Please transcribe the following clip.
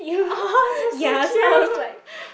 that's so cute